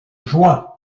juin